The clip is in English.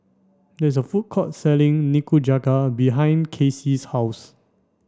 there is a food court selling Nikujaga behind Kaycee's house